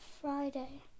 Friday